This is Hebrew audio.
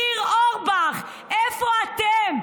ניר אורבך, איפה אתם?